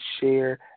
share